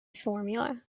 formula